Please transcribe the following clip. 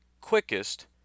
quickest